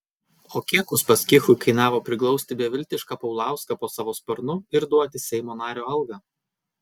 o kiek uspaskichui kainavo priglausti beviltišką paulauską po savo sparnu ir duoti seimo nario algą